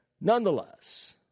nonetheless